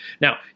Now